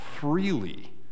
freely